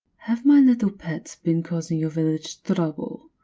have my little pets been causing your village trouble?